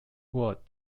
word